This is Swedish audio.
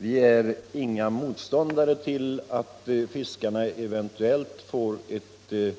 Vi är inga motståndare till att fiskarna eventuellt får 17 mars 1976